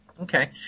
Okay